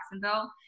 Jacksonville